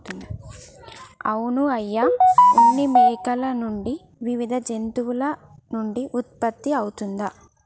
అవును అయ్య ఉన్ని మేకల నుండి వివిధ జంతువుల నుండి ఉత్పత్తి అవుతుంది